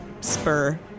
spur